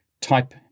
Type